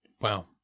Wow